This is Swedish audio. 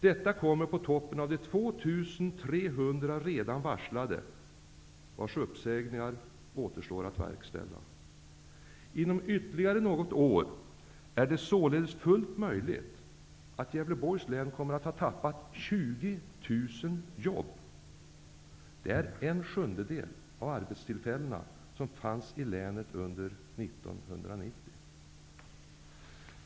Detta kommer på toppen av de 2 300 redan varslade, vilkas uppsägningar återstår att verkställa. Inom ytterligare något år är det således fullt möjligt att Gävleborgs län kommer att ha tappat 20 000 jobb. Det är en sjundedel av de arbetstillfällen som fanns i länet under 1990.